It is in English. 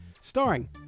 Starring